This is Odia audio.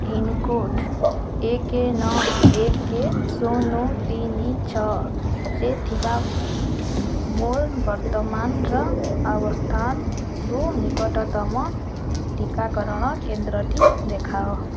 ପିନ୍କୋଡ଼୍ ଏକ ନଅ ଏକ ଶୂନ ତିନି ଛଅରେ ଥିବା ମୋର ବର୍ତ୍ତମାନର ଅବସ୍ଥାନରୁ ନିକଟତମ ଟିକାକରଣ କେନ୍ଦ୍ରଟି ଦେଖାଅ